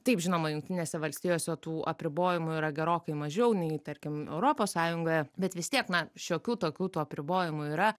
taip žinoma jungtinėse valstijose tų apribojimų yra gerokai mažiau nei tarkim europos sąjungoje bet vis tiek na šiokių tokių tų apribojimų yra